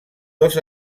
dos